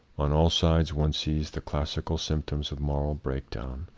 on all sides one sees the classical symptoms of moral breakdown,